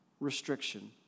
Restriction